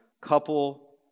couple